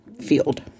Field